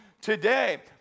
today